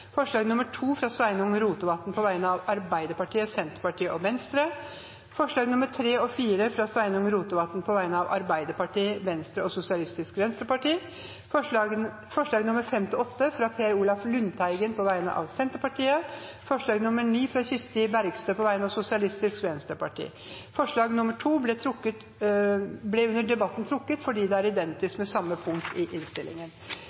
forslag nr. 2, fra Sveinung Rotevatn på vegne av Arbeiderpartiet, Senterpartiet og Venstre forslagene nr. 3 og 4, fra Sveinung Rotevatn på vegne av Arbeiderpartiet, Venstre og Sosialistisk Venstreparti forslagene nr. 5–8, fra Per Olaf Lundteigen på vegne av Senterpartiet forslag nr. 9, fra Kirsti Bergstø på vegne av Sosialistisk Venstreparti Forslag nr. 2 ble under debatten trukket fordi det er identisk med samme punkt i innstillingen.